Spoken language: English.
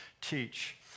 teach